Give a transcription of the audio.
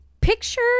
picture